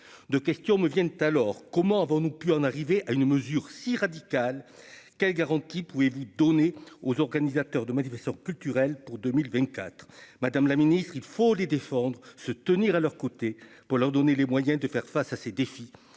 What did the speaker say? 2 questions me viennent alors comment avons-nous pu en arriver à une mesure si radicale, quelles garanties pouvez-vous donner aux organisateurs de manifestations culturelles pour 2024, madame la ministre, il faut les défendre, se tenir à leurs côtés pour leur donner les moyens de faire face à ces défis